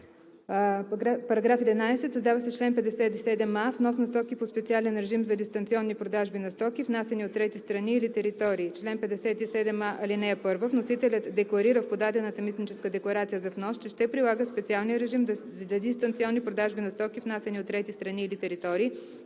„§ 11. Създава се чл. 57а: „Внос на стоки по специален режим за дистанционни продажби на стоки, внасяни от трети страни или територии Чл. 57а. (1) Вносителят декларира в подадената митническа декларация за внос, че ще прилага специалния режим за дистанционни продажби на стоки, внасяни от трети страни или територии,